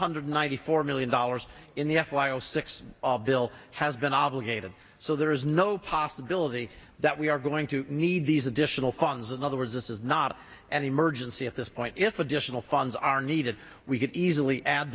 hundred ninety four million dollars in the f y o six bill has been obligated so there is no possibility that we are going to need these additional funds in other words this is not an emergency at this point if additional funds are needed we could easily add